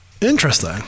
Interesting